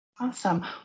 Awesome